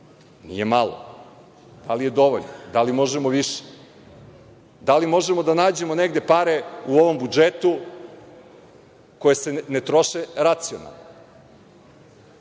Nije malo, ali je dovoljno. Da li možemo više? Da li možemo da nađemo negde pare u ovom budžetu koje se ne troše racionalno? Ima